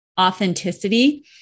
authenticity